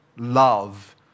Love